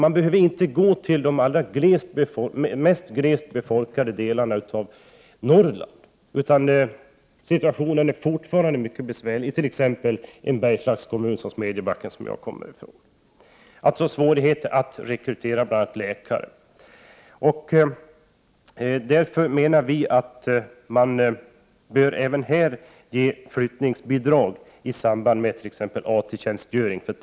Man behöver inte gå till de allra mest glesbefolkade delarna av Norrland, utan situationen är mycket besvärlig i t.ex. Bergslagskommunen Smedjebacken som jag kommer ifrån. Det är svårt att rekrytera bl.a. läkare. Vi menar att man bör ge flyttningsbidrag till läkare och tandläkare i samband med t.ex. AT-tjänstgöring.